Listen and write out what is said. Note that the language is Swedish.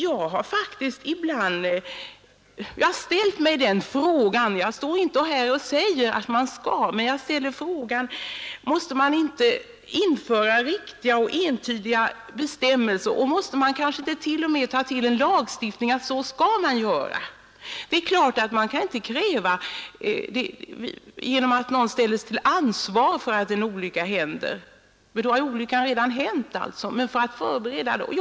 Jag har ibland ställt mig den frågan — jag reser alltså inte något krav härom — om man inte måste införa uttryckliga och entydiga be stämmelser och om man kanske inte t.o.m. måste tillgripa en tvingande lagstiftning. Frågan om ansvaret är självfallet inte det viktigaste. En olycka borde i stället kunna förebyggas.